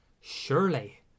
Surely